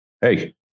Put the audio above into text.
hey